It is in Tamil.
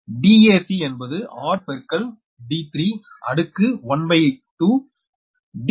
Dac என்பது r பெருக்கல் d3 அடுக்கு 1 பய் 2